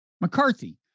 McCarthy